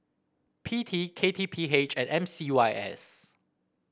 P T K T P H and M C Y S